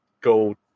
go